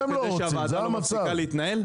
כשהוועדה לא מפסיקה להתנהל?